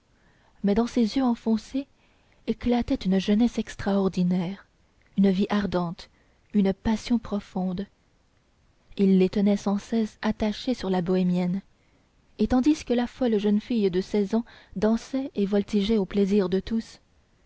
mais dans ses yeux enfoncés éclatait une jeunesse extraordinaire une vie ardente une passion profonde il les tenait sans cesse attachés sur la bohémienne et tandis que la folle jeune fille de seize ans dansait et voltigeait au plaisir de tous